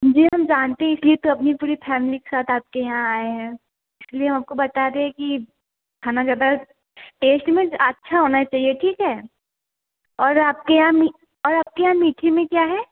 जी हम जानते हैं इसलिए ही तो अपनी पूरी फैमली के साथ आपके यहाँ आए हैं इसलिए हम आपको बता रहे हैं कि खाना ज़्यादा टेस्ट में अच्छा होना चाहिए ठीक है और आपके यहाँ आपके यहाँ मीठे में क्या है